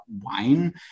wine